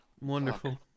Wonderful